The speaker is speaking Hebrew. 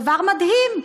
דבר מדהים.